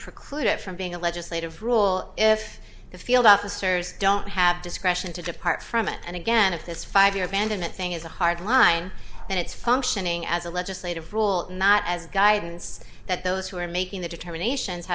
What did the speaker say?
preclude it from being a legislative rule if the field officers don't have discretion to depart from it and again if this five year abandonment thing is a hard line and it's functioning as a legislative rule not as guidance that those who are making the determination